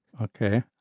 Okay